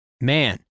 man